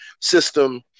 system